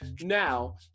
Now